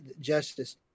justice